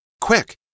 Quick